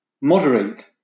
moderate